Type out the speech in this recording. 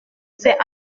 c’est